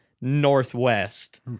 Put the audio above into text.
Northwest